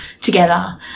together